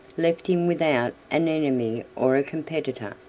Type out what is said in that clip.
left him without an enemy or a competitor.